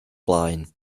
blaen